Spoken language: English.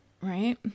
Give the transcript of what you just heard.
right